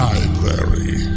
Library